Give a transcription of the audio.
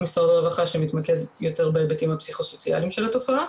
משרד הרווחה שמתמקד יותר בהיבטים הפסיכוסוציאליים של התופעה.